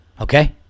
Okay